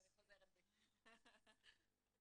אותו דבר ב"פרט אימות מוגבר".